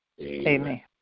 Amen